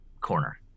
corner